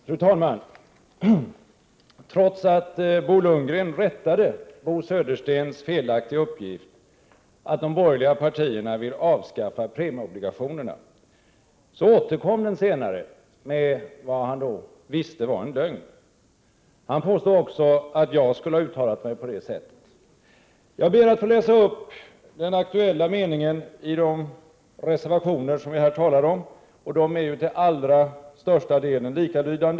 Fru talman! Trots att Bo Lundgren rättade Bo Söderstens felaktiga uppgift, att de borgerliga partierna vill avskaffa premieobligationerna, återkom den senare med vad han då visste var en lögn. Han påstod också att jag skulle ha uttalat mig på det sättet. Jag ber att få läsa upp den aktuella meningen i den reservation som vi här talar om.